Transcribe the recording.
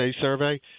survey